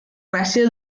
gràcia